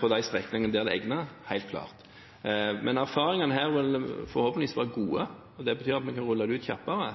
på de strekningene der det er egnet. Erfaringene her vil forhåpentligvis være gode, og det betyr at vi kan rulle det ut kjappere.